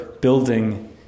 building